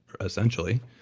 essentially